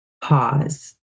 pause